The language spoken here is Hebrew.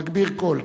מגביר קול.